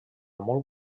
molt